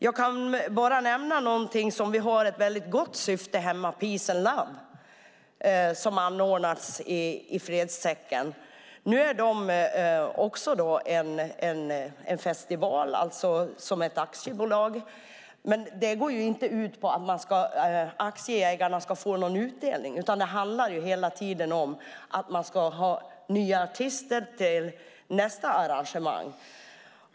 Jag kan nämna ett arrangemang, Peace & Love, som anordnas i fredens tecken. Det är en festival som organiseras som ett aktiebolag. Men bolaget finns inte där för att aktieägarna ska få en utdelning. Det handlar hela tiden om att få in nya artister till nästa arrangemang.